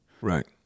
Right